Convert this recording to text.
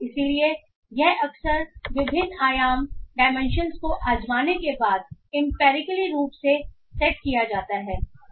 इसलिए यह अक्सर विभिन्न आयाम डायमेंशन को आज़माने के बाद इंपैरीकली रूप से सेट किया जाता है